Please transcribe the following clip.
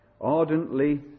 Ardently